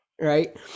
right